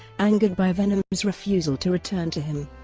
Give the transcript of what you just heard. angered by venom's refusal to return to him,